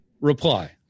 reply